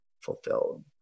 fulfilled